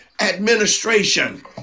Administration